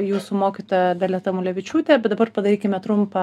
jūsų mokytoja dalia tamulevičiūtė bet dabar padarykime trumpą